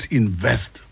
invest